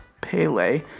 Pele